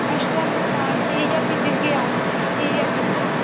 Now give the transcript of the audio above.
अच्छा फ्ही तां ठीक ऐ फ्ही दिक्खगे अस